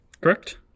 Correct